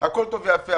הכול טוב יפה,